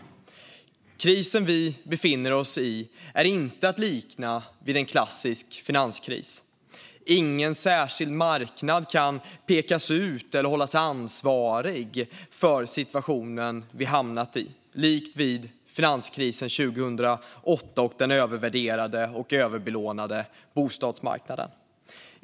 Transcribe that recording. Den kris som vi befinner oss i är inte att likna vid en klassisk finanskris. Ingen särskild marknad kan pekas ut eller hållas ansvarig för den situation som vi har hamnat i, likt vid finanskrisen 2008 och den övervärderade och överbelånade bostadsmarknaden.